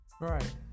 Right